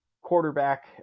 quarterback